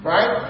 Right